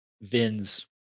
Vin's